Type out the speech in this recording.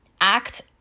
Act